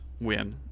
win